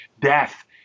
death